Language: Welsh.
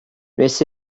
wnes